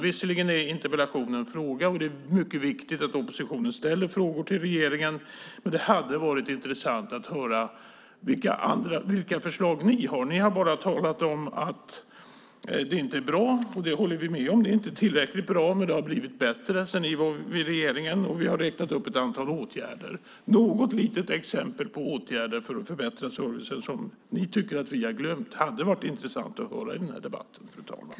Visserligen är en interpellation en fråga, och det är mycket viktigt att oppositionen ställer frågor till regeringen, men det hade varit intressant att höra vilka förslag ni har. Ni har bara talat om att det inte är bra, och det håller vi med om. Det är inte tillräckligt bra, men det har blivit bättre sedan ni var i regeringsställning, och vi har räknat upp ett antal åtgärder. Något litet exempel på åtgärd för att förbättra servicen som ni tycker att vi har glömt hade varit intressant att höra i den här debatten, fru talman.